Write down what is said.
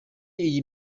iyi